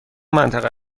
منطقه